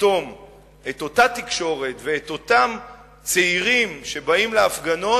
לרתום את אותה תקשורת ואת אותם צעירים שבאים להפגנות,